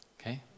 Okay